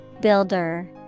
Builder